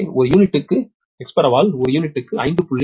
எனவே ஒரு யூனிட்டுக்கு எக்ஸ்பாரலல் ஒரு யூனிட்டுக்கு 5